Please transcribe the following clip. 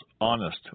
honest